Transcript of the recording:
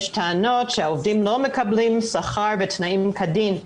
יש טענות שהעובדים לא מקבלים שכר ותנאים כדין,